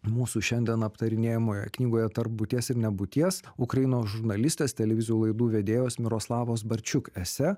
mūsų šiandien aptarinėjamoje knygoje tarp būties ir nebūties ukrainos žurnalistės televizijų laidų vedėjos miroslavos barčiuk ese